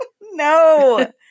No